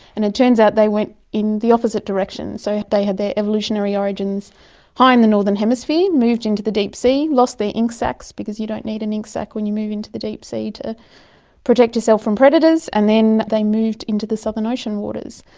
and it turns out they went in the opposite direction. so they had their evolutionary origins high in and the northern hemisphere, moved into the deep sea, lost their ink sacs because you don't need an ink sac when you move into the deep sea to protect yourself from predators, and then they moved into the southern ocean waters.